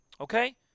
Okay